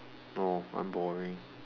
oh I'm boring